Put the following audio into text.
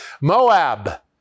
Moab